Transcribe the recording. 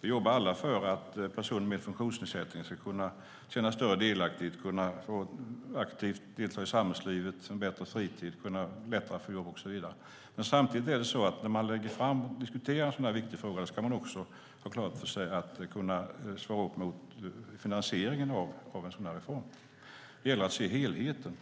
Vi jobbar alla för att personer med funktionsnedsättning ska känna större delaktighet, få delta aktivt i samhällslivet, få en bättre fritid, lättare få jobb och så vidare. Samtidigt ska man när en sådan fråga diskuteras ha klart för sig att man kan svara upp mot finansieringen av en sådan reform. Det gäller att se helheten.